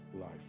life